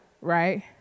Right